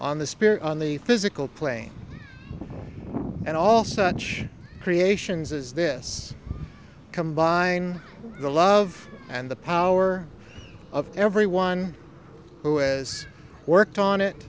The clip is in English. spirit on the physical plane and all such creations as this combine the love and the power of everyone who has worked on it